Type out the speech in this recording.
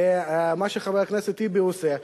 ומה שחבר הכנסת טיבי עושה,